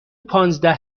پانزده